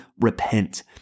repent